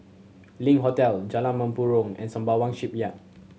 Link Hotel Jalan Mempurong and Sembawang Shipyard